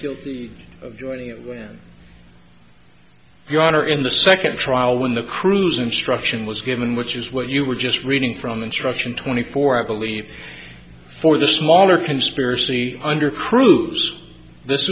guilty of joining it when your honor in the second trial when the cruise instruction was given which is what you were just reading from instruction twenty four i believe for the smaller conspiracy under crudes this